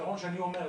הפתרון שאני אומר,